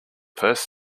purse